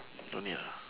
don't need ah